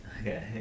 Okay